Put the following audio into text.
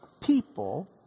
people